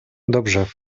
dobrze